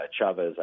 Chavez